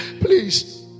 Please